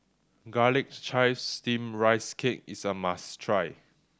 Garlic Chives Steamed Rice Cake is a must try